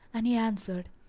and he answered,